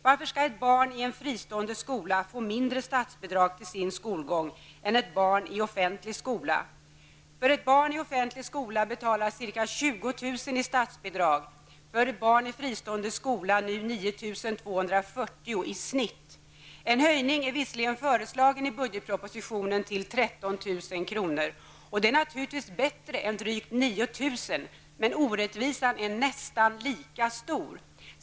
Varför skall ett barn i fristående skola få mindre statsbidrag till sin skolgång än ett barn i offentlig skola? För ett barn i offentlig skola betalas ca 20 000 kr. i statsbidrag och för ett barn i fristående skola 9 240 kr. i snitt. I budgetpropositionen föreslås visserligen en höjning av beloppet till 13 000 kr. Det är naturligtvis bättre än drygt 9 000, men orättvisan är nästan lika stor.